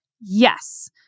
Yes